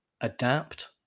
Adapt